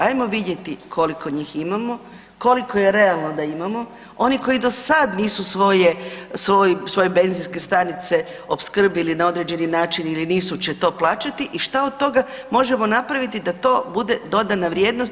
Ajmo vidjeti koliko njih imamo, koliko je realno da imamo, oni koji do sad nisu svoje, svoje benzinske stanice opskrbili na određeni način ili nisu će to plaćati i šta od toga možemo napraviti da to bude dodana vrijednost.